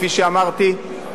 כפי שאמרתי.